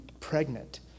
pregnant